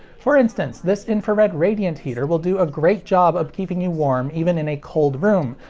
for instance, this infrared radiant heater will do a great job of keeping you warm even in a cold room,